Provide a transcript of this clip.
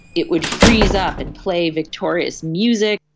it would freeze up and play victorious music,